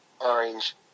orange